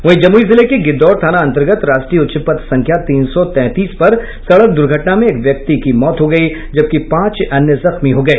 वहीं जमुई जिले के गिद्धौर थाना अंतर्गत राष्ट्रीय उच्च पथ संख्या तीन सौ तैंतीस पर सड़क दुर्घटना में एक व्यक्ति की मौत हो गई जबकि पांच अन्य जख्मी हो गए